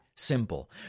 simple